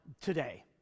today